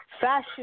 Fashion